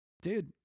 Dude